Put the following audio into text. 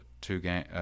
two-game